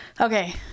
Okay